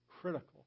critical